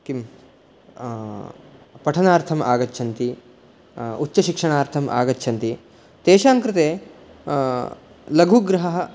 किं पठनार्थम् आगच्छन्ति उच्चशिक्षणार्थम् आगच्छन्ति तेषाङ्कृते लघुगृहं